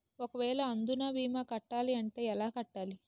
ఒక వేల అందునా భీమా కట్టాలి అంటే ఎలా కట్టాలి?